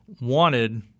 wanted